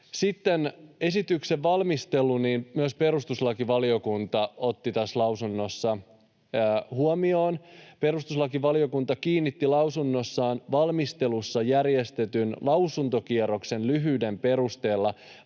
Sitten esityksen valmistelun myös perustuslakivaliokunta otti tässä lausunnossa huomioon. ”Perustuslakivaliokunta kiinnitti lausunnossaan valmistelussa järjestetyn lausuntokierroksen lyhyyden perusteella